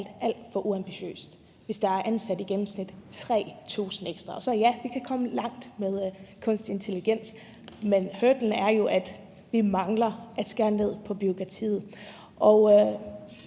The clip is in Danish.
alt for uambitiøst, hvis der i gennemsnit er ansat 3.000 ekstra. Og så vil jeg sige: Ja, vi kan komme langt med kunstig intelligens, men hurdlen er jo, at vi mangler at skære ned på bureaukratiet.